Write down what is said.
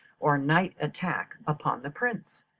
or night attack, upon the prince.